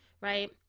right